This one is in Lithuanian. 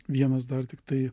vienas dar tiktai